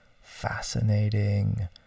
fascinating